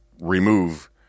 remove